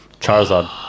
Charizard